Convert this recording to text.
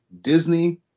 Disney